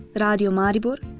but um radio maribor,